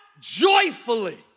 joyfully